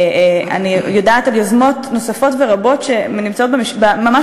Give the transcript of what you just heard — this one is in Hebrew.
אני יודעת על יוזמות נוספות ורבות שנמצאות ממש